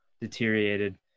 deteriorated